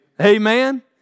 Amen